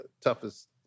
toughest